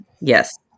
Yes